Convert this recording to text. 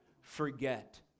forget